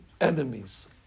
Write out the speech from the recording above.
enemies